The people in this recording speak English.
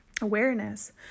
awareness